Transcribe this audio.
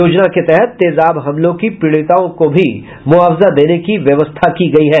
योजना के तहत तेजाब हमलों की पीड़िताओं को भी मुआवजा देने की व्यवस्था है